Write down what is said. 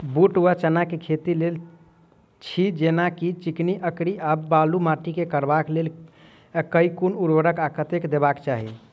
बूट वा चना केँ खेती, तेल छी जेना की चिकनी, अंकरी आ बालू माटि मे करबाक लेल केँ कुन उर्वरक आ कतेक देबाक चाहि?